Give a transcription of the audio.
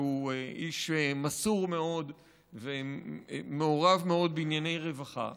שהוא איש מסור מאוד ומעורב מאוד בענייני רווחה.